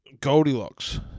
Goldilocks